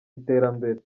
iterambere